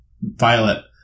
Violet